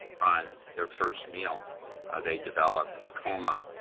upon their first meal they develop a coma.